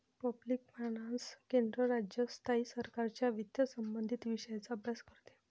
public finance केंद्र, राज्य, स्थायी सरकारांच्या वित्तसंबंधित विषयांचा अभ्यास करते